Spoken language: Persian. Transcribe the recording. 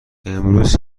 امروز